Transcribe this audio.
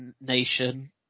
nation